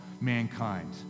mankind